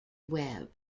webb